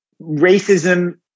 racism